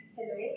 Hello